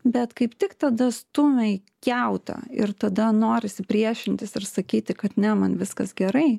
bet kaip tik tada stumia į kiautą ir tada norisi priešintis ir sakyti kad ne man viskas gerai